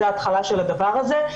זה התחלה של הדבר הזה.